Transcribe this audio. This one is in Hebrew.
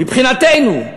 מבחינתנו,